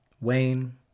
Wayne